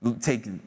take